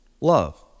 love